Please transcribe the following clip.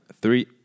three